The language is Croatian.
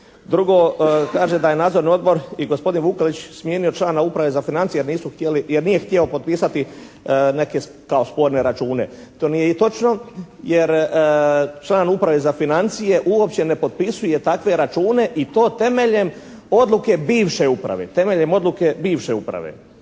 Drugo, kaže da je nadzorni odbor i gospodin Vukelić smijenio člana uprave za financije jer nije htio potpisati neke kao sporne račune. To nije točno. Jer član uprave za financije uopće ne potpisuje takve račune i to temeljem odluke bivše uprave.